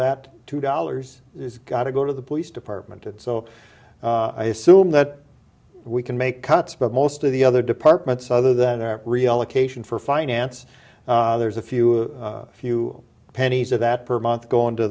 that two dollars is got to go to the police department and so i assume that we can make cuts but most of the other departments other than their relocation for finance there's a few a few pennies of that per month going to